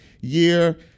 year